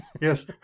Yes